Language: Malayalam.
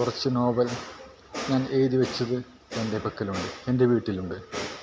കുറച്ച് നോവൽ ഞാൻ എഴുതി വച്ചത് എൻ്റെ പക്കലുണ്ട് എൻ്റെ വീട്ടിലുണ്ട്